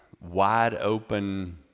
wide-open